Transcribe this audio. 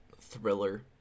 thriller